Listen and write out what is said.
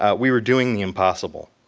ah we were doing the impossible.